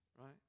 Right